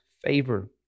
Favor